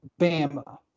Bama